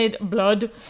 Blood